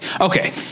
Okay